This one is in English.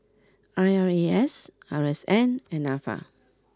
I R A S R S N and Nafa